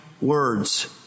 words